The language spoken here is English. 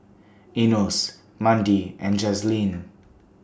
Enos Mandi and Jazlene